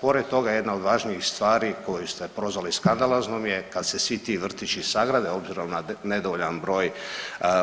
Pored toga jedna od važnijih stvari koju ste prozvali skandaloznom je kad se svi ti vrtići sagrade obzirom na nedovoljan broj